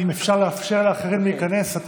אם אפשר לאפשר לאחרים להיכנס.